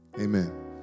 Amen